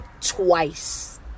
twice